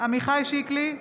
עמיחי שיקלי,